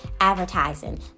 advertising